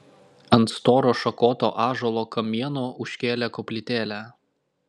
ant storo šakoto ąžuolo kamieno užkėlė koplytėlę